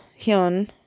Hyun